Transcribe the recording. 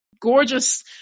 gorgeous